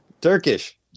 Turkish